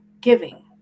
giving